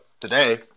Today